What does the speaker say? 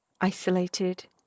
isolated